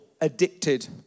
addicted